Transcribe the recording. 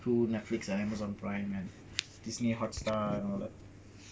through netflix and amazon prime and disney hot star all that